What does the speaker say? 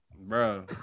bro